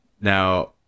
Now